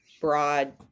broad